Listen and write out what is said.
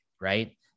Right